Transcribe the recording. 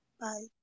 Bye